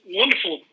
wonderful